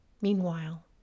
meanwhile